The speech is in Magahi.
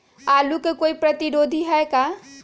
आलू के कोई प्रतिरोधी है का?